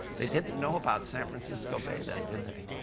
they didn't know about san francisco bay then, did they?